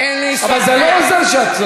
אבל זה לא עוזר שאת,